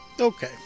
Okay